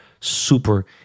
Super